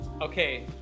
Okay